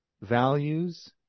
values